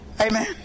Amen